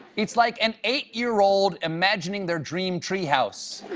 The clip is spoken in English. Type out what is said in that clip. it's like an eight-year-old imagining their dream treehouse.